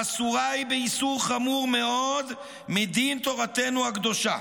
אסורה היא באיסור חמור מאוד מדין תורתנו הקדושה,